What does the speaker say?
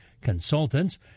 consultants